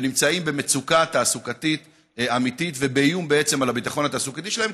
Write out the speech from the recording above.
ונמצאים במצוקה תעסוקתית אמיתית ובאיום על הביטחון התעסוקתי שלהם,